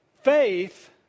faith